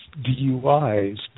DUIs